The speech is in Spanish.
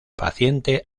paciente